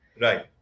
Right